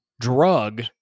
drug